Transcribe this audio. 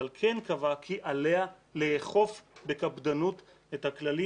אבל כן קבע כי עליה לאכוף בקפדנות את הכללים